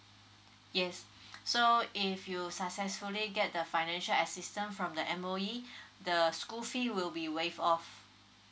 yes so if you successfully get the financial assistance from the M_O_E the school fee will be waived off